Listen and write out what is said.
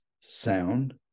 sound